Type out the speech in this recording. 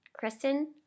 Kristen